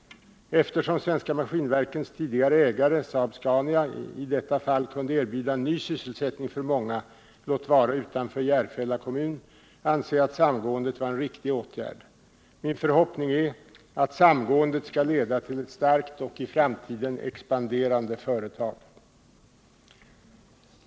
Eftersom Svenska Maskinverkens tidigare ägare Saab-Scania i detta fall kunde erbjuda ny sysselsättning för många, låt vara utanför Järfälla kommun, anser jag att samgåendet var en riktig åtgärd. Min förhoppning är att samgåendet skall leda till ett starkt och i framtiden expanderande företag.